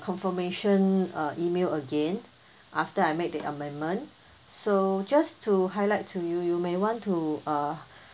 confirmation uh email again after I make the amendment so just to highlight to you you may want to uh